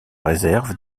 réserve